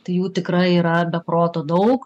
tai jų tikrai yra be proto daug